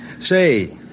Say